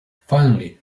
finally